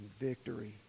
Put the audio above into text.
victory